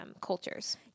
cultures